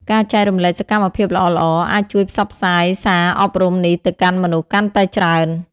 ការចែករំលែកសកម្មភាពល្អៗអាចជួយផ្សព្វផ្សាយសារអប់រំនេះទៅកាន់មនុស្សកាន់តែច្រើន។